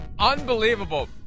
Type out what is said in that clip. Unbelievable